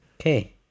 Okay